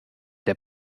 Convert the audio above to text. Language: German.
der